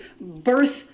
birth